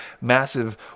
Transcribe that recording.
massive